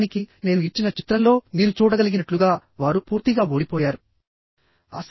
నిజానికి నేను ఇచ్చిన చిత్రంలో మీరు చూడగలిగినట్లుగావారు పూర్తిగా ఓడిపోయారు